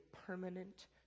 permanent